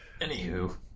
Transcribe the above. Anywho